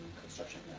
construction